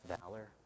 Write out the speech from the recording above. valor